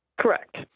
Correct